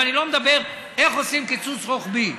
ואני לא מדבר איך עושים קיצוץ רוחבי,